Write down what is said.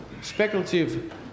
speculative